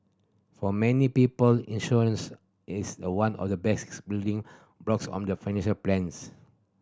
for many people insurance is the one of the basic building blocks of the financial plans